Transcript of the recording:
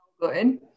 good